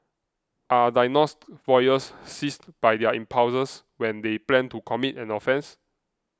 are diagnosed voyeurs seized by their impulses when they plan to commit an offence